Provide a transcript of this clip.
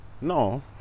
No